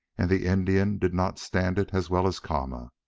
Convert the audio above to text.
and the indian did not stand it as well as kama.